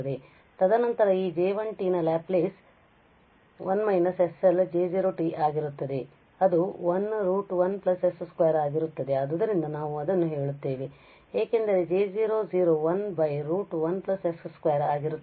ತದನಂತರ ಈ J1 ನ ಲ್ಯಾಪ್ ಪ್ಲೇಸ್ 1 − sL J0 ಆಗಿರುತ್ತದೆ ಅದು 1 √1s 2 ಆಗಿರುತ್ತದೆ ಆದ್ದರಿಂದ ನಾವು ಅದನ್ನು ಹೇಳುತ್ತೇವೆ ಏಕೆಂದರೆ J0 1 √1s 2 ಆಗಿರುತ್ತದೆ